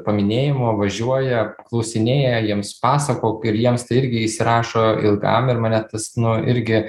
paminėjimo važiuoja klausinėja jiems pasakok ir jiems tai irgi įsirašo ilgam ir mane tas nu irgi